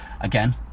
Again